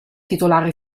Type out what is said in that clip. titolare